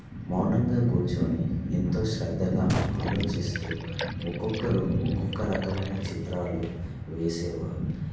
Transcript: మౌనంగా కూర్చుని ఎంతో శ్రద్ధగా ఆలోచిస్తూ ఒక్కొక్కరు ఒక్కొక్క రకమైన చిత్రాలు వేసేవారు